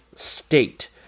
state